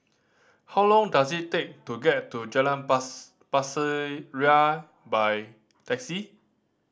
how long does it take to get to Jalan Pasir Ria by taxi